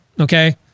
okay